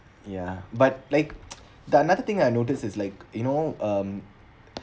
ya but like the another thing I notice is like you know um